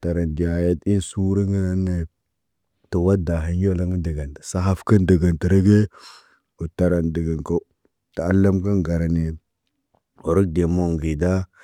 Tared ɟaayet in suuru ŋgəna nee. Too wada heɲ ɲolo ŋgə dəga ndas. Sahaaf kən dəgən tərə ge, wo taran dəgən ko, ta aalam kə garaneed, orol de moŋgi da.